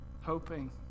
hoping